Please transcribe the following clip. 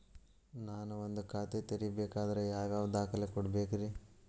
ನಾನ ಒಂದ್ ಖಾತೆ ತೆರಿಬೇಕಾದ್ರೆ ಯಾವ್ಯಾವ ದಾಖಲೆ ಕೊಡ್ಬೇಕ್ರಿ?